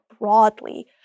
broadly